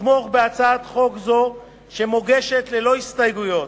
לתמוך בהצעת חוק זו, שמוגשת ללא הסתייגויות,